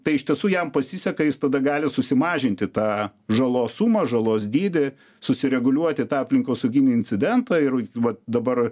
tai iš tiesų jam pasiseka jis tada gali susimažinti tą žalos sumą žalos dydį susireguliuoti tą aplinkosauginį incidentą ir va dabar